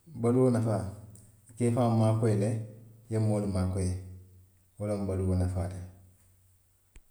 Baluo nafaa, i ka i faŋ maakoyi le, i ye moolu maakoyi, wo loŋ baluo nafaa ti